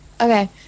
Okay